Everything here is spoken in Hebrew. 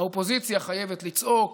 האופוזיציה חייבת לצעוק,